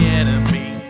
enemy